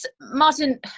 Martin